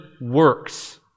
works